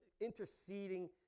interceding